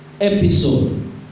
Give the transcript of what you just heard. episode